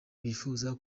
bifuza